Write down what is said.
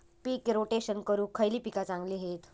पीक rotation करूक खयली पीका चांगली हत?